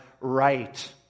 Right